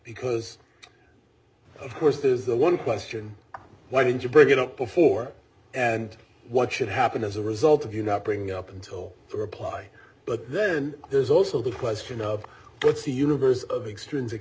because of course is the one question why did you bring it up before and what should happen as a result of you not bringing up until the reply but then there's also the question of what's the universe of extr